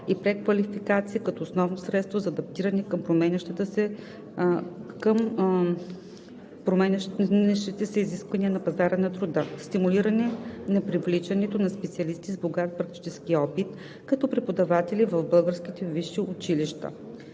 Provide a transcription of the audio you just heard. и преквалификация като основно средство за адаптиране към променящите се изисквания на пазара на труда. - Стимулиране на привличането на специалисти с богат практически опит като преподаватели в българските висши училища.